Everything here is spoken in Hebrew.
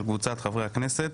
של קבוצת חברי הכנסת.